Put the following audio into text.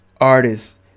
artists